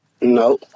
No